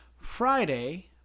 Friday